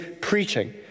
preaching